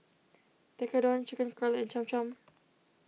Tekkadon Chicken Cutlet and Cham Cham